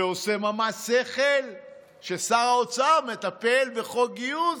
זה עושה ממש שכל ששר האוצר מטפל בחוק גיוס.